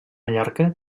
mallorca